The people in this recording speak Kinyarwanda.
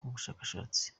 ubushakashatsi